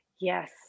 Yes